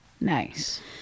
nice